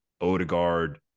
Odegaard